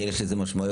כי יש לזה משמעויות